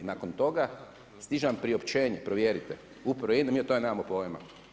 I nakon toga stiže vam priopćenje, provjerite u upravi INA-e da mi o tome nemamo pojma.